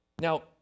Now